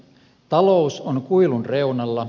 talous on kuilun reunalla